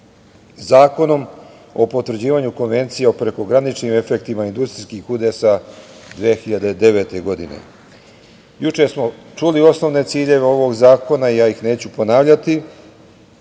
Zakonom o potvrđivanju Konvencije o prekograničnim efektima industrijskih udesa 2009. godine. Juče smo čuli osnovne ciljeve ovog zakona i ja ih neću ponavljati.